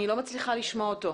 אני לא מצליחה לשמוע אותו.